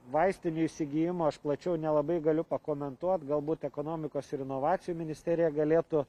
vaistinių įsigijimo aš plačiau nelabai galiu pakomentuot galbūt ekonomikos ir inovacijų ministerija galėtų